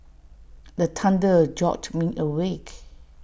the thunder jolt me awake